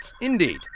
Indeed